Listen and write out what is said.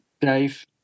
Dave